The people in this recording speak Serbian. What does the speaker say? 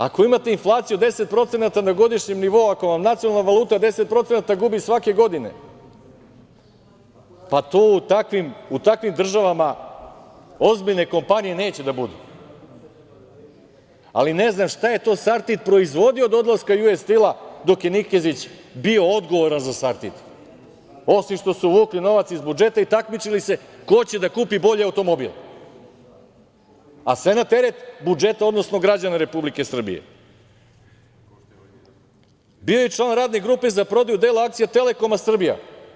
Ako imate inflaciju 10% na godišnjem nivou, ako vam nacionalna valuta 10% gubi svake godine, pa u takvim državama ozbiljne kompanije neće da budu, ali ne znam šta je to Sartid proizvodio do odlaska „Ju-es-stil“ dok je Nikezić bio odgovoran za Sartid, osim što su vukli novac iz budžeta i takmičili se ko će da kupi bolji automobil, a sve na teret budžeta, odnosno građana Republike Srbije, bio je i član Radne grupe za prodaju dela akcija „Telekoma Srbija“